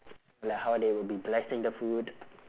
like how they will be blessing the food